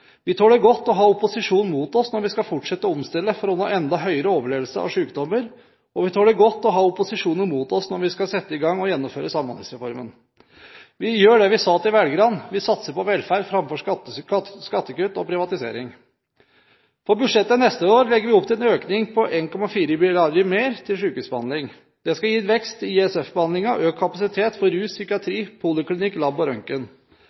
Vi tåler godt å ha opposisjonen mot oss når vi skal fortsette å omstille for å nå målet om enda høyere overlevelse av sykdommer, og vi tåler godt å ha opposisjonen mot oss når vi skal sette i gang og gjennomføre Samhandlingsreformen. Vi gjør det vi sa til velgerne: Vi satser på velferd framfor skattekutt og privatisering. På budsjettet til neste år legger vi opp til en økning på 1,4 pst. til sykehusbehandling. Det skal gi vekst i ISF-behandlingen og økt kapasitet for